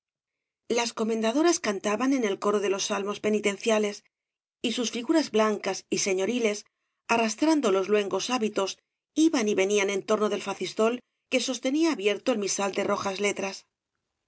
las comendadoras cantaban en el coro los salmos penitenciales y sus figuras blancas y señoriles arrastrando los luengos hábitos iban y venían en torno del facistol que sostenía abierto el misal de rojas obras